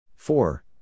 Four